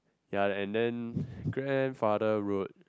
ya and then grandfather road